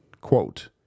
Quote